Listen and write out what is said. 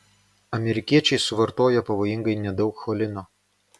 amerikiečiai suvartoja pavojingai nedaug cholino